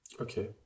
Okay